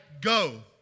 go